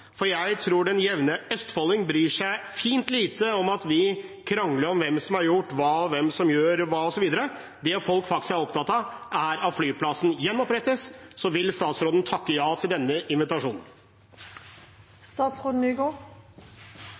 For jeg tror den jevne østfolding bryr seg fint lite om at vi krangler om hvem som har gjort hva, og hvem som gjør hva, osv. Det folk faktisk er opptatt av, er at flyplassen gjenopprettes. Vil statsråden takke ja til denne